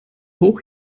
hoch